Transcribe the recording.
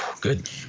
Good